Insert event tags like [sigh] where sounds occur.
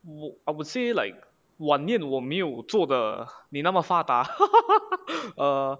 what I would say like 晚宴我没有做的你那么发达 [laughs] err